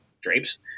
drapes